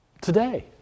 Today